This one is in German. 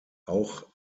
auch